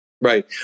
Right